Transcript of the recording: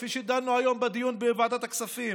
כפי שדנו היום בדיון בוועדת הכספים.